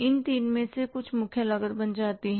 इस तीन में से कुछ मुख्य लागत बन जाती है